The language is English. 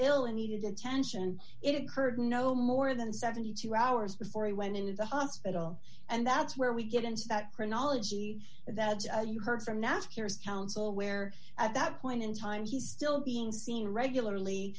ill and he didn't tension it occurred no more than seventy two hours before he went into the hospital and that's where we get into that chronology that you heard from nascar's counsel where at that point in time he still being seen regularly